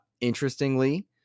interestingly